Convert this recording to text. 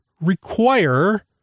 require